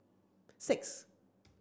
six